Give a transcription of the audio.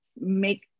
make